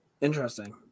Interesting